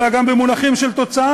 אלא גם במונחים של תוצאה: